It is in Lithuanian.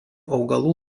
augalų